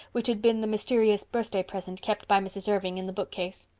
which had been the mysterious birthday present kept by mrs. irving in the bookcase.